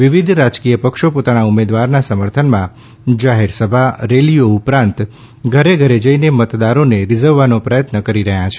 વિવિધ રાજકીયપક્ષો પોતાના ઉમેદવારના સમર્થનમાં જાહેરસભા રેલીઓ ઉપરાંત ઘરે ઘરે જઈને મતદારોને રિઝવવાનો પ્રયત્ન કરી રહ્યા છે